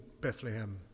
Bethlehem